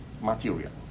material